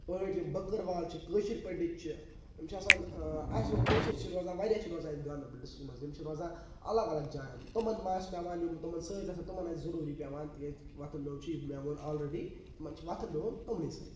پہٲڑۍ چھِ بکٕروال چھِ کٲشِرۍ پنڈِت چھِ یِم چھِ آسان اَسہِ یِم کٲشِرۍ چھِ روزان واریاہ چھِ روزان گاندَربَلِس مَنٛز یم چھِ روزان اَلَگ اَلَگ جایَن تِمَن مہَ آسہ پیٚوان یِم تِمَن سۭتۍ آسَن تِمَن آسہ ضروٗری تکیازٕ وۄتھُن بِہُن چھُ مےٚ ووٚن آلرڈی تمَن چھُ وۄتھُن بِہُن تُمنٕے سۭتۍ